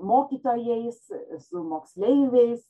mokytojais su moksleiviais